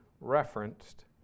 referenced